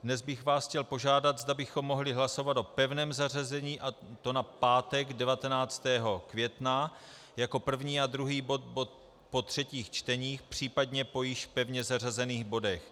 Dnes bych vás chtěl požádat, zda bychom mohli hlasovat o pevném zařazení, a to na pátek 19. května jako první a druhý bod po třetích čteních, případně po již pevně zařazených bodech.